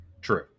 true